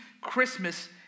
Christmas